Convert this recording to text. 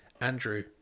Andrew